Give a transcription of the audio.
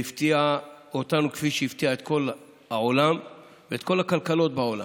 והיא הפתיעה אותנו כמו שהיא הפתיעה את כל העולם ואת כל הכלכלות בעולם.